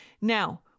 Now